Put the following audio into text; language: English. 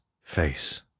face